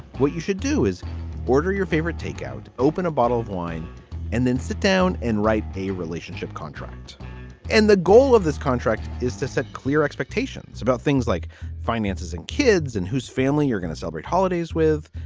what you should do is order your favorite takeout, open a bottle of wine and then sit down and write a relationship contract and the goal of this contract is to set clear expectations about things like finances and kids in whose family you're going to celebrate holidays with.